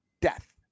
death